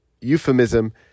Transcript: euphemism